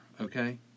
Okay